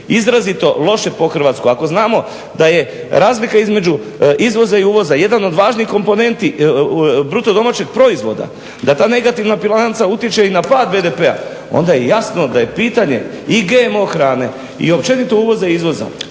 izrazito loše po Hrvatsku ako znamo da je razlika između izvoza i uvoza jedan od važnih komponenti bruto domaćeg proizvoda, da ta negativna bilanca utječe i na pad BDP-a onda je i jasno da je pitanje i GMO hrane i općenito uvoza i izvoza